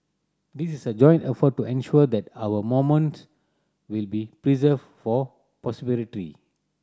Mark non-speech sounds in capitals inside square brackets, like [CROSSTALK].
this is a joint effort to ensure that our monuments will be preserved for [UNINTELLIGIBLE]